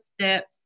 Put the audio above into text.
steps